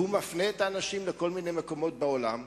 הוא מפנה את האנשים לכל מיני מקומות בעולם,